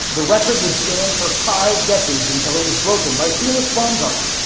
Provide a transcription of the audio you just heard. the record would stand for five decades until it was broken by felix baumgartner,